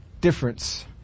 difference